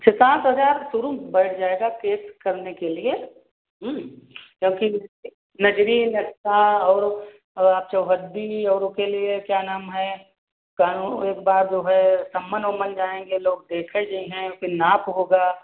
छः सात हजार शुरू में बैठ जाएगा केस करने के लिए जबकि नजरी नक्शा और वो और आप चौहद्दी और ओके लिए क्या नाम है कानून एक बार जो है सम्मन ओम्मन जाएँगे लोग देखै जइहैं ओके नाप होगा